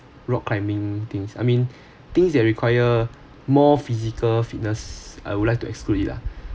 rock climbing things I mean things that require more physical fitness I would like to exclude it lah